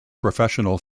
professional